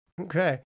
Okay